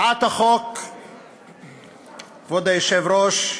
כבוד היושב-ראש,